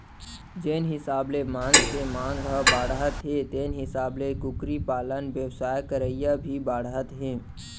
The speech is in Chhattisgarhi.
जेन हिसाब ले मांस के मांग ह बाढ़त हे तेन हिसाब ले कुकरी पालन बेवसाय करइया भी बाढ़त हें